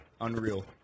Unreal